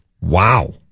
Wow